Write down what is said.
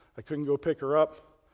i couldn't go pick her up.